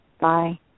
Bye